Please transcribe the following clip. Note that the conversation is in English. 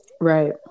Right